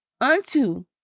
unto